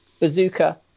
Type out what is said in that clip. bazooka